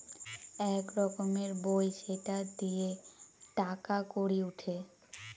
এক রকমের বই সেটা দিয়ে টাকা কড়ি উঠে